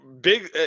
Big